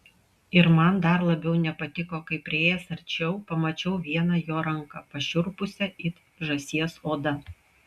ir man dar labiau nepatiko kai priėjęs arčiau pamačiau vieną jo ranką pašiurpusią it žąsies oda